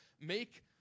make